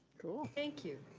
cool. thank you.